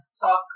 talk